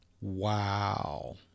Wow